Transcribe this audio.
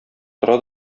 тора